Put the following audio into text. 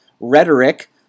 Rhetoric